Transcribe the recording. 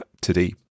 today